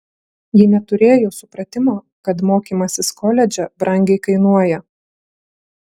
ji neturėjo supratimo kad mokymasis koledže brangiai kainuoja